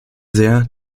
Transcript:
sehr